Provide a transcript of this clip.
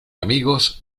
amigos